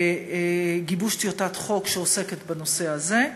לגיבוש טיוטת חוק שעוסקת בנושא הזה.